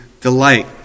delight